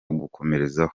gukomerezaho